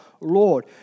Lord